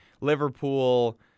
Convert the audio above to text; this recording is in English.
Liverpool